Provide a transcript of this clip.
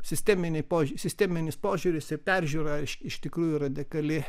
sisteminį požiūrį sisteminis požiūris į peržiūrą iš tikrųjų radikali